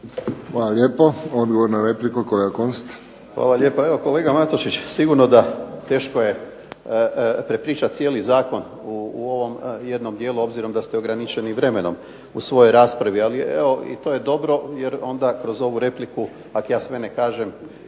Hvala lijepo. Odgovor na repliku kolega Kunst. **Kunst, Boris (HDZ)** Hvala lijepa. Kolega Matušić, sigurno da teško je prepričati cijeli zakon u ovom jednom dijelu obzirom da ste ograničeni vremenom u svojoj raspravi ali evo i to je dobro jer onda kroz ovu repliku ako ja sve ne kažem